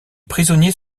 prisonniers